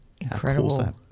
Incredible